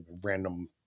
random